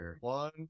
One